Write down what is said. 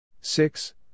Six